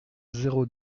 zéro